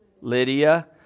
Lydia